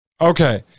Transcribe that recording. Okay